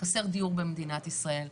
חסר דיור במדינת ישראל.